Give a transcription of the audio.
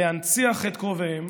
להנציח את קרוביהן,